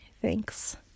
thanks